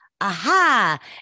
Aha